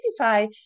identify